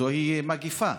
זוהי מגפה.